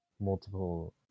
multiple